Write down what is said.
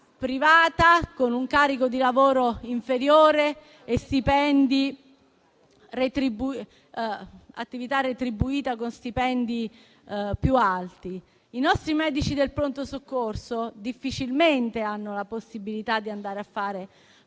privata, con un carico di lavoro inferiore e un'attività retribuita con stipendi più alti. I nostri medici del pronto soccorso difficilmente hanno la possibilità di andare a fare